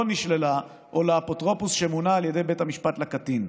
נשללה או לאפוטרופוס שמונה על ידי בית המשפט לקטין.